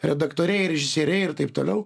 redaktoriai režisieriai ir taip toliau